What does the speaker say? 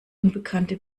unbekannte